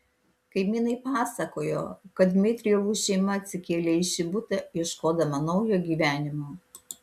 kaimynai pasakojo kad dmitrijevų šeima atsikėlė į šį butą ieškodama naujo gyvenimo